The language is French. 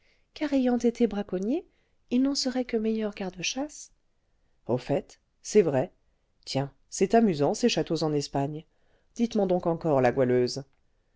car ayant été braconnier il n'en serait que meilleur garde-chasse au fait c'est vrai tiens c'est amusant ces châteaux en espagne dites men donc encore la goualeuse